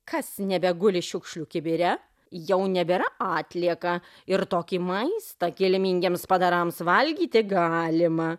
kas nebeguli šiukšlių kibire jau nebėra atlieka ir tokį maistą kilmingiems padarams valgyti galima